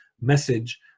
message